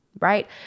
Right